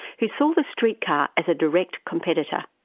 who saw the street car as a direct competitor.